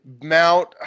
Mount